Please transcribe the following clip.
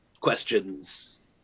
questions